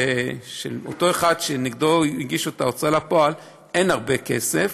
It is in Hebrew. אותו אחד שנגדו הגישו את ההוצאה לפועל אין הרבה כסף,